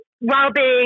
well-being